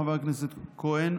חבר הכנסת כהן,